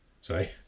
sorry